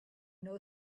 know